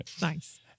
Nice